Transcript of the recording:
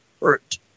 hurt